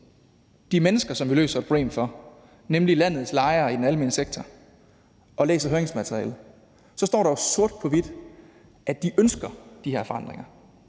de mennesker, som vi løser et problem for, nemlig landets lejere i den almene sektor, og læser høringsmaterialet, så står der sort på hvidt, at de ønsker de her forandringer.